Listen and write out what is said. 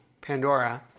Pandora